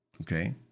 okay